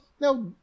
now